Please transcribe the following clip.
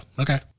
okay